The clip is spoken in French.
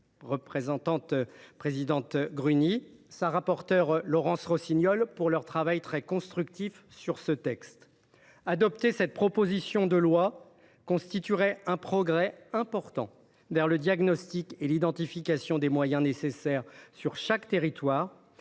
par la vice présidente Gruny, et sa rapporteure, Laurence Rossignol – de son travail constructif sur ce texte. Adopter cette proposition de loi constituerait un progrès important vers le diagnostic et l’identification des moyens nécessaires sur chaque territoire,